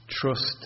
trust